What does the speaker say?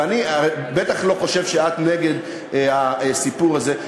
ואני בטח לא חושב שאת נגד הסיפור הזה.